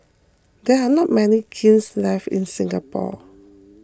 there are not many kilns left in Singapore